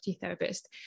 therapist